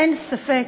אין ספק